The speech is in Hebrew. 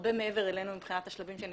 הרבה מעבר אלינו מבחינת השלבים שהן